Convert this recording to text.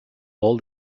all